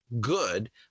good